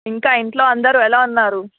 ఇంకా ఇంట్లో అందరు ఎలా ఉన్నారు